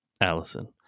Allison